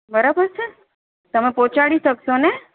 બરાબર છે તમે પહોંચાડી શકશોને